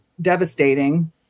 devastating